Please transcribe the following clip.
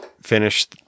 finish